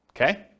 okay